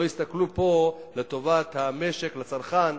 לא הסתכלו פה על טובת המשק והצרכן,